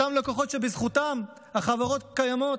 אותם לקוחות שבזכותם החברות קיימות,